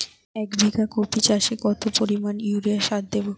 এক বিঘা কপি চাষে কত পরিমাণ ইউরিয়া সার দেবো?